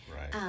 Right